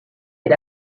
est